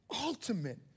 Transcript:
ultimate